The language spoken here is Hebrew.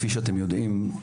כפי שאתם יודעים,